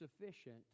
sufficient